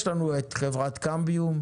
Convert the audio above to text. יש לו את חברת "קמביום",